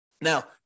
Now